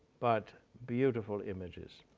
but beautiful images.